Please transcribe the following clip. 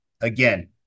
again